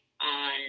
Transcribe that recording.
on